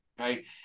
Okay